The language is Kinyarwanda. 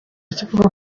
kivuga